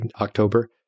October